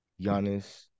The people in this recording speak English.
Giannis